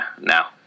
now